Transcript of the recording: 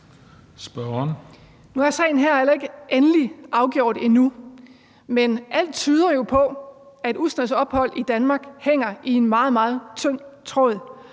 Nu er sagen her heller ikke endeligt afgjort endnu, men alt tyder jo på, at Usnas ophold i Danmark hænger i en meget tynd tråd.